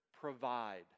provide